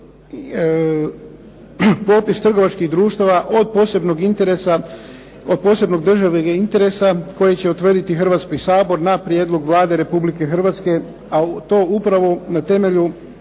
popis trgovačkih društava od posebnog državnoga interesa koji će utvrditi Hrvatski sabor na prijedlog Vlade Republike Hrvatske, a u to upravo na temelju